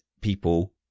people